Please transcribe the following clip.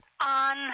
on